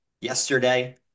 yesterday